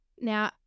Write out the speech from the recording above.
Now